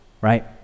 right